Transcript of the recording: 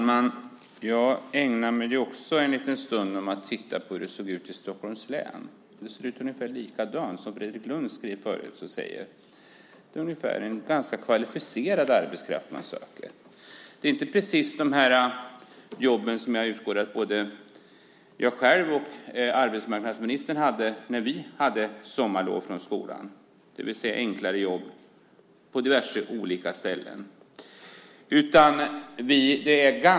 Herr talman! Jag har också en stund ägnat mig åt att titta på hur det ser ut i Stockholms län. Där ser det ut ungefär så som Fredrik Lundh beskriver. Det är ganska kvalificerad arbetskraft man söker, och det är inte precis de jobb som jag utgår från att både jag själv och arbetsmarknadsministern hade när vi hade sommarlov, det vill säga enklare jobb på diverse ställen.